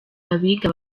abiga